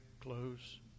clothes